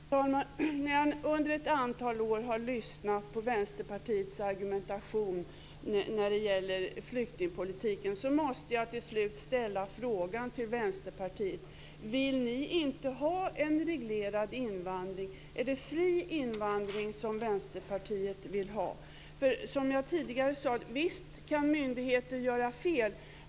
Fru talman! Efter att under ett antal år ha lyssnat på Vänsterpartiets argumentation när det gäller flyktingpolitiken måste jag till slut ställa frågan till Vänsterpartiet: Vill ni inte ha en reglerad invandring? Är det fri invandring som Vänsterpartiet vill ha? Visst kan myndigheter göra fel, som jag tidigare sade.